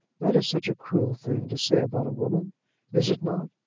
that is such a cruel thing to say about a woman is it not?